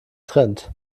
trend